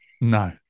No